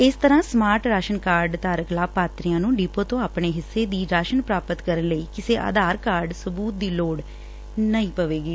ਇਸ ਤਰੂਾਂ smart ration card ਧਾਰਕ ਲਾਭਪਾਤਰੀਆਂ ਨੂੰ ਡਿੱਪੋ ਤੋਂ ਆਪਣੇ ਹਿੱਸੇ ਦੀ ਰਾਸ਼ਨ ਪ੍ਰਾਪਤ ਕਰਨ ਲਈ ਕਿਸੇ ਆਧਾਰ ਕਾਰਡ ਸਬੂਤ ਦੀ ਲੋੜ ਨਹੀ ਪਵੇਗੀ